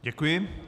Děkuji.